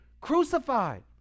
crucified